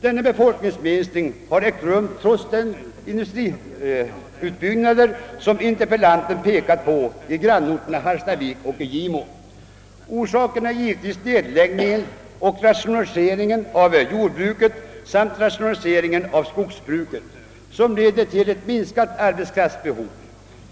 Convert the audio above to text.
Denna befolkningsminskning har ägt rum trots de industriutbyggnader vilka, såsom interpellanten påpekat, pågår i grannorterna Hallstavik och Gimo. Orsaken härtill är givetvis nedläggningen och rationaliseringen av jordbruket samt rationaliseringen av skogsbruket, som leder till ett minskat arbetskraftsbehov.